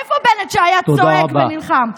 איפה בנט שהיה צועק ונלחם?